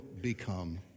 become